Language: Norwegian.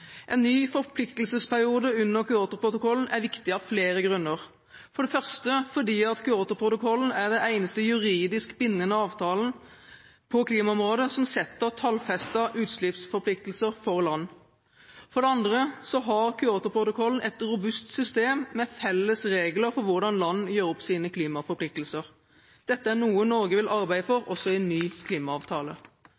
En ny forpliktelsesperiode under Kyotoprotokollen er viktig av flere grunner. For det første er Kyotoprotokollen den eneste juridisk bindende avtalen på klimaområdet som setter tallfestede utslippsforpliktelser for land. For det andre har Kyotoprotokollen et robust system med felles regler for hvordan land gjør opp sine klimaforpliktelser. Dette er noe Norge vil arbeide for